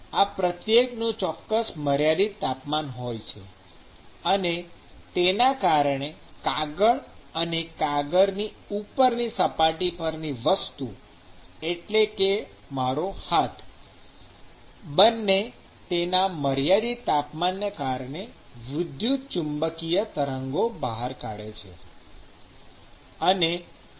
આ પ્રત્યેકનું ચોક્કસ મર્યાદિત તાપમાન હોય છે અને તેના કારણે કાગળ અને કાગળની ઉપરની સપાટી પરની વસ્તુ એટલે મારો હાથ બંને તેમના મર્યાદિત તાપમાનને કારણે વિદ્યુત ચુંબકીય તરંગો બહાર કાઢે છે